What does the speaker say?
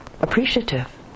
appreciative